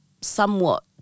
somewhat